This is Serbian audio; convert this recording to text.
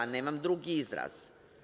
Nemam drugi izraz.